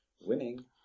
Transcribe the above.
Winning